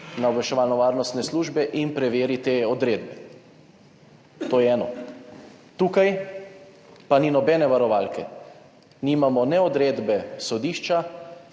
na obveščevalno-varnostne službe in preveri te odredbe, to je eno. Tukaj pa ni nobene varovalke, nimamo ne odredbe sodišča,